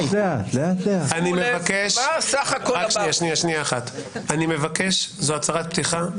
אני מבקש, זו הצהרת פתיחה.